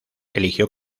eligió